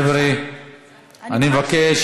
חבר'ה, אני מבקש.